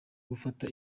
gufata